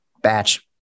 Batch